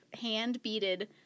hand-beaded